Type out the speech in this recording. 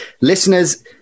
Listeners